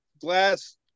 glass